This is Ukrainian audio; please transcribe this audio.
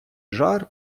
жар